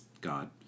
God